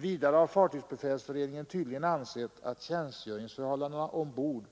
Vidare har Fartygsbefälsföreningen tydligen ansett att tjänstgöringsförhållandena ombord